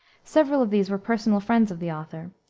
several of these were personal friends of the author,